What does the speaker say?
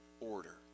order